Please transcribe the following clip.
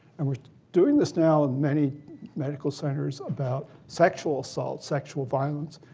and we're doing this now in many medical centers about sexual assault, sexual violence.